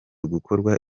gukorwa